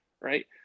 right